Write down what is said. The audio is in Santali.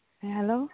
ᱦᱮᱸ ᱦᱮᱞᱳ